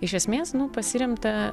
iš esmės nu pasiremta